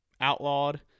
outlawed